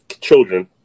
children